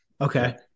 Okay